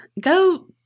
go